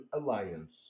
alliance